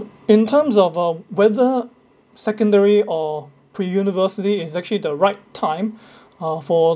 in terms of uh whether secondary or pre-university is actually the right time uh for